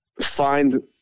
find